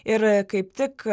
ir kaip tik